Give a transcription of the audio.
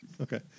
Okay